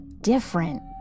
different